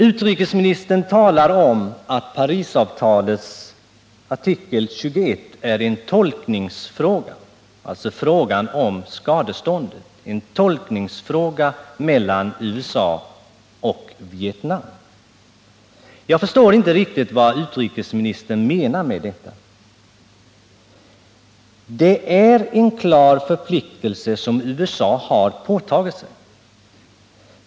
Utrikesministern säger att Parisavtalets artikel 21, dvs. spörsmålet om skadeståndet, är en tolkningsfråga, som skall avgöras av USA och Vietnam. Jag förstår inte riktigt vad utrikesministern menar med detta. Det är en klar förpliktelse som USA har påtagit sig.